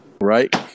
Right